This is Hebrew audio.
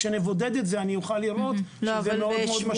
כשנבודד את זה אני אוכל לראות שזה מאוד מאוד משמעותי.